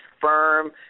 firm